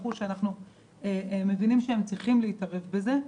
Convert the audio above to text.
שאנחנו מבינים שהם צריכים להתערב בזה,